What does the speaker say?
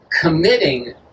committing